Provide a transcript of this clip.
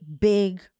big